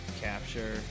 Capture